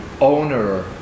owner